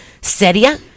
seria